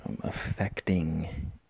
affecting